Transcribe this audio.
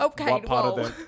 okay